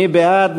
מי בעד?